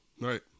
Right